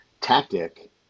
tactic